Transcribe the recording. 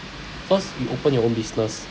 first you open your own business